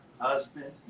husband